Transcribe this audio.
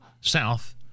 South